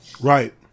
Right